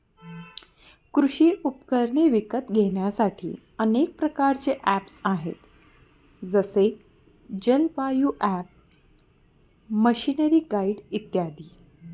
कृषी उपकरणे विकत घेण्यासाठी अनेक प्रकारचे ऍप्स आहेत जसे जलवायु ॲप, मशीनरीगाईड इत्यादी